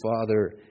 Father